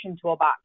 toolbox